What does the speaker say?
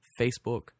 Facebook